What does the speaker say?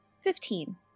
Fifteen